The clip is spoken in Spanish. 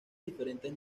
diferentes